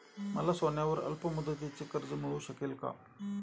मला सोन्यावर अल्पमुदतीचे कर्ज मिळू शकेल का?